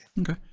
okay